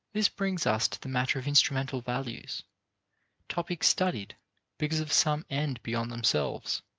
this brings us to the matter of instrumental values topics studied because of some end beyond themselves.